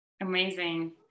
amazing